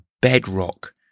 bedrock